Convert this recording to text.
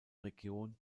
region